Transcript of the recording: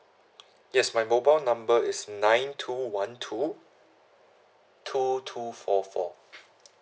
yes my mobile number is nine two one two two two four four